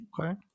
Okay